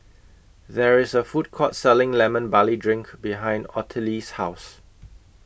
There IS A Food Court Selling Lemon Barley Drink behind Ottilie's House